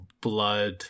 blood